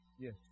Yes